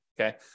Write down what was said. okay